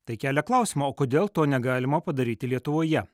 tai kelia klausimą o kodėl to negalima padaryti lietuvoje